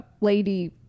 lady